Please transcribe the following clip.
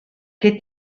che